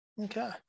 Okay